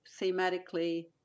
thematically